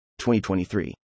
2023